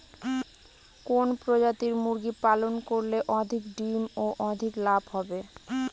কোন প্রজাতির মুরগি পালন করলে অধিক ডিম ও অধিক লাভ হবে?